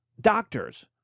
doctors